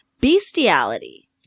bestiality